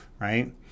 right